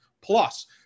Plus